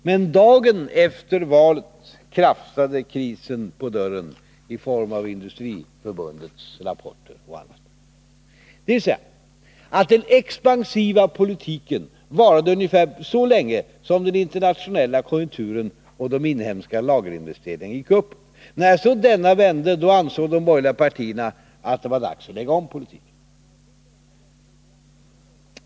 Men dagen efter valet krafsade krisen på dörren i form av Industriförbundets rapporter och annat. Den expansiva politiken varade ungefär så länge som den internationella konjunkturen och de inhemska lagerinvesteringarna gick uppåt. När så dessa vände ansåg de borgerliga partierna att det var dags att lägga om politiken.